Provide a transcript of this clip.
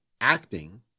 acting